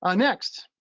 ah next,